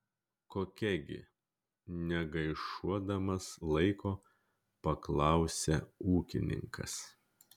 kokia gi negaišuodamas laiko paklausia ūkininkas